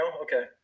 okay